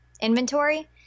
inventory